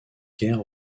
guerres